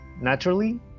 naturally